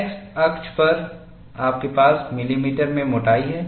X अक्ष पर आपके पास मिलीमीटर में मोटाई है